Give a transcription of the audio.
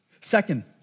Second